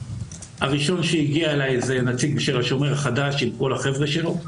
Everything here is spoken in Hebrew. הראשון שהגיע אליי זה נציג של השומר החדש עם כל החבר'ה שלו.